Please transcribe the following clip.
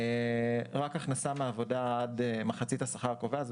רק הכנסה מעבודה עד מחצית השכר הקובע זה